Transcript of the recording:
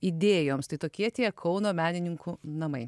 idėjoms tai tokie tie kauno menininkų namai